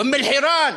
ואום-אלחיראן.